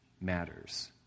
matters